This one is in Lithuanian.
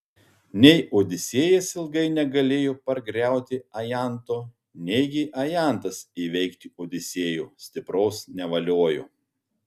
nei odisėjas ilgai negalėjo pargriauti ajanto neigi ajantas įveikti odisėjo stipraus nevaliojo